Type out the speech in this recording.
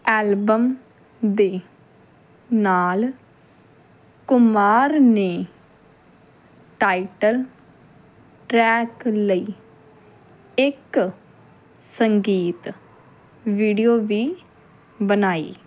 album ਦੇ ਨਾਲ ਕੁਮਾਰ ਨੇ ਟਾਈਟਲ ਟਰੈਕ ਲਈ ਇੱਕ ਸੰਗੀਤ ਵੀਡੀਓ ਵੀ ਬਣਾਈ